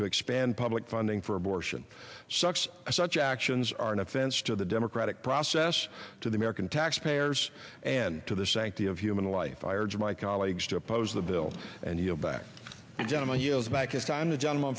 to expand public funding for abortion sucks such actions are an offense to the democratic process to the american taxpayers and to the sanctity of human life i urge my colleagues to oppose the bill and he'll back gentleman yield back his time the gentleman